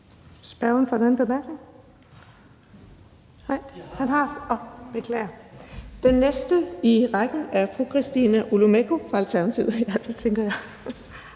Den næste i rækken af spørgere er fru Christina Olumeko fra Alternativet.